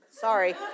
Sorry